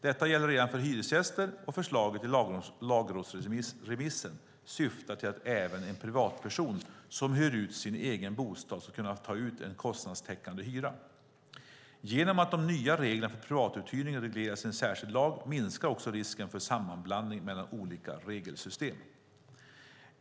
Detta gäller redan för hyresgäster, och förslaget i lagrådsremissen syftar till att även en privatperson som hyr ut sin egen bostad ska kunna ta ut en kostnadstäckande hyra. Genom att de nya reglerna för privatuthyrning regleras i en särskild lag minskar också risken för sammanblandning mellan olika regelsystem.